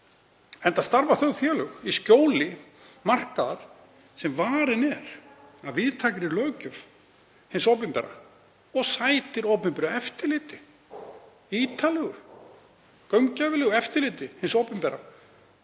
enda starfa þau félög í skjóli markaðar sem varinn er af víðtækri löggjöf hins opinbera og sætir opinberu eftirliti, ítarlegu og gaumgæfilegu eftirliti hins opinbera,